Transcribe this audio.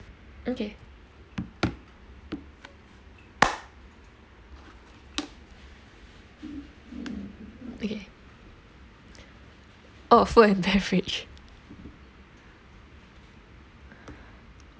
okay okay oh food and beverage